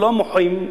ולא מוחים,